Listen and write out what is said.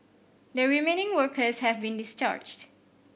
the remaining workers have been discharged